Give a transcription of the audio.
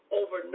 over